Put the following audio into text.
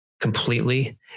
completely